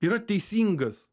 yra teisingas